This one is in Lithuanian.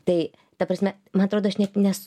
tai ta prasme man atrodo aš net nes